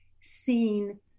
seen